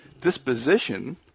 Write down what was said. disposition